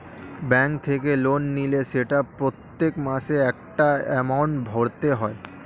bank থেকে loan নিলে সেটা প্রত্যেক মাসে একটা এমাউন্ট ভরতে হয়